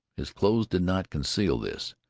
his clothes did not conceal this,